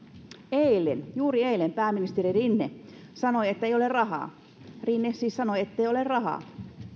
eilen juuri eilen pääministeri rinne sanoi ettei ole rahaa rinne siis sanoi ettei ole rahaa